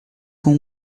com